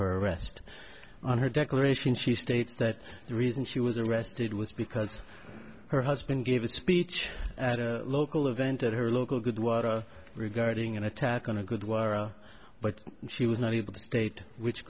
her arrest on her declaration she states that the reason she was arrested with because her husband gave a speech at a local event at her local goodwater regarding an attack on a good while but she was not able to state which